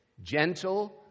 Gentle